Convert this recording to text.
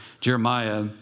Jeremiah